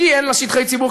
כי אין לה שטחי ציבור,